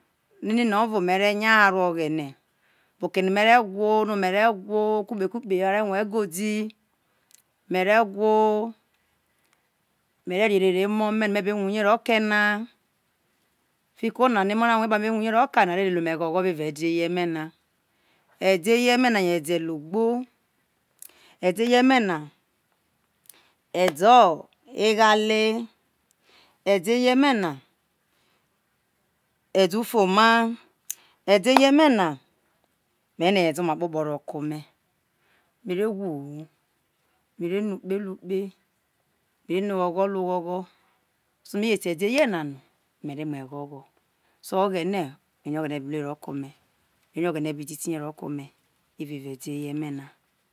umu inine ovo me̱re̱ nya naro oghene bo oke no̱ mere̱ gwo me̱re̱ gwo ku kpe ku kpe a re rue̱ e̱godi mere gwo me̱re̱ re erere emo me me be rue uye role na fiki onane no̱ omo̱ na a rue no̱ me be rue uye ro̱ kai na a ve lele ome̱ ghogho evao e̱de̱ eye me na. Ede eye̱ me̱ na ede̱ logbo ede eye me̱ na edeo eghate ede eye me na ede ufono e̱de̱ eye ma na meric no ede oma kpokpo̱ ro ke o̱ me mere gwu hu me̱re̱ no̱ ukpe ruo ukpe mere no̱ ukpe ruo ukpe mere no̱ ogho̱ ruo̱ ogho gho so me je te e̱de eye na no me re mu egho̱ gho̱ so o̱ghene ere oghene̱ bi rue ro ko̱ ome̱ eve oghenevmbi dikihe ro̱ ko̱ ome̱ eve̱ va o e̱de̱ yeme na.